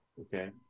Okay